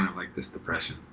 um like this depression.